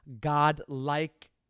godlike